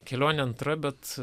kelionė antra bet